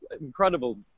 incredible